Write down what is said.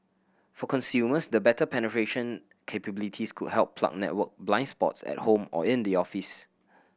for consumers the better penetration capabilities could help plug network blind spots at home or in the office